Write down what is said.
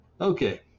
Okay